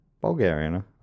Bulgarian